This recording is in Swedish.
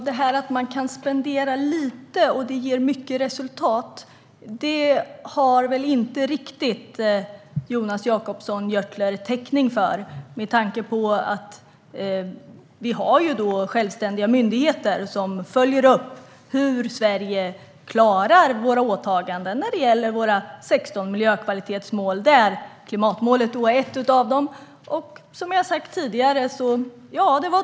Herr talman! Att spendera lite som ska ge mycket resultat har väl inte riktigt Jonas Jacobsson Gjörtler täckning för med tanke på att vi har självständiga myndigheter som följer upp hur vi i Sverige klarar våra åtaganden när det gäller våra 16 miljökvalitetsmål där klimatmålet är ett av dem.